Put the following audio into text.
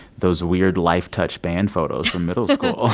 those weird lifetouch band photos from middle school